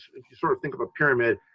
if you sort of think of a pyramid,